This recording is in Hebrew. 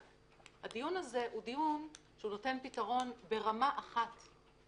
הדיון הזה הוא דיון שהוא נותן פתרון ברמה אחת,